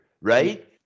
right